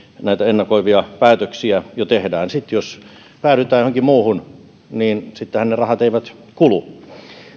näitä ennakoivia päätöksiä jo tehdään sittenhän jos päädytään johonkin muuhun ne rahat eivät kulu